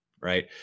right